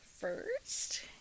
first